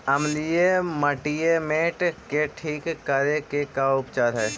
अमलिय मटियामेट के ठिक करे के का उपचार है?